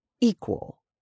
equal